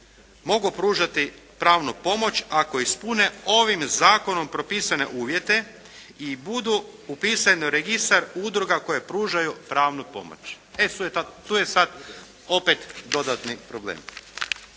mogu pružati pravnu pomoć ako ispune ovim zakonom propisane uvjete i budu upisane u registar udruga koje pružaju pravnu pomoć. E, tu je sada opet dodatni problem.